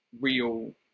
real